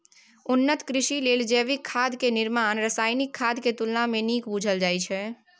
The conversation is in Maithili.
उन्नत कृषि लेल जैविक खाद के निर्माण रासायनिक खाद के तुलना में नीक बुझल जाइ छइ